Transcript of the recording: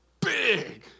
big